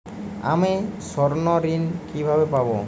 আমি স্বর্ণঋণ কিভাবে পাবো?